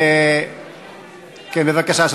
בבקשה,